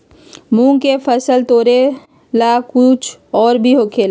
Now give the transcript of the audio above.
मूंग के फसल तोरेला कुछ और भी होखेला?